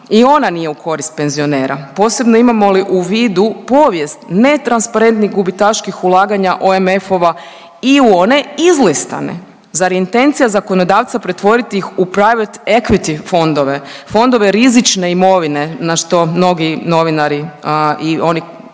i ona nije u korist penzionera posebno imamo li u vidu povijest netransparentnih gubitaških ulaganja OMF-ova i u one izlistane. Zar je intencija zakonodavca pretvoriti ih u private equity fondove, fondove rizične imovine na što mnogi novinari i oni